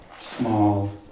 Small